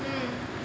mm